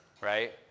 right